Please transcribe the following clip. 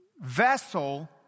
vessel